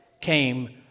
came